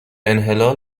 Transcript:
انحلال